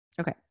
okay